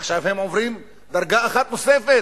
עכשיו הם עוברים דרגה אחת נוספת,